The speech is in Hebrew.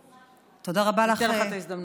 אני אתן לך את ההזדמנות.